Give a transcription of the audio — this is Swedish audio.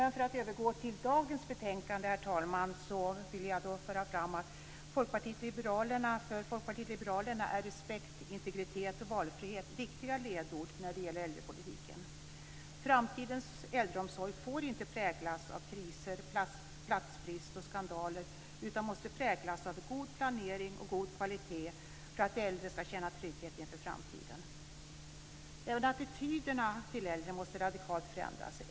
Nu ska jag övergå till dagens betänkande, herr talman. För Folkpartiet liberalerna är respekt, integritet och valfrihet viktiga ledord när det gäller äldrepolitiken. Framtidens äldreomsorg får inte präglas av kriser, platsbrist och skandaler utan måste präglas av en god planering och en god kvalitet för att de äldre ska känna trygghet inför framtiden. Även attityderna till äldre måste förändras radikalt.